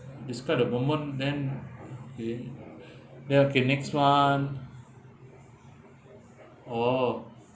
describe the moment then okay then okay next [one] oh